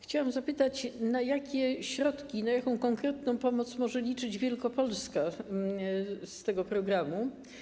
Chciałam zapytać, na jakie środki, na jaką konkretną pomoc może liczyć Wielkopolska z tego programu.